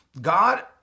God